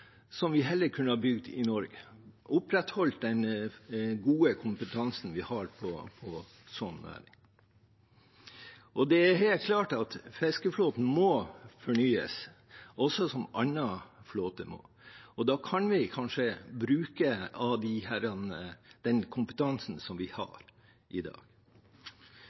vi heller kunne ha bygd i Norge og opprettholdt den gode kompetansen vi har på sånt. Det er helt klart at fiskeflåten også må fornyes, som annen flåte må. Da kan vi kanskje bruke av den kompetansen vi har i dag.